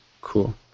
Cool